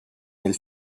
nel